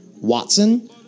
Watson